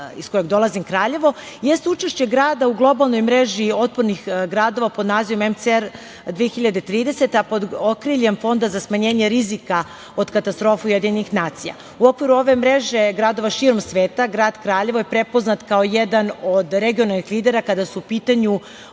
iz kojeg dolazim, Kraljevo, jeste učešće grada u globalnoj mreži otpornih gradova pod nazivom MCR 2030, a pod okriljem Fonda za smanjenje rizika od katastrofa UN. U okviru ove mreže gradova širom sveta, grad Kraljevo je prepoznat kao jedan od regionalnih lidera kada su u pitanju